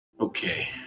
Okay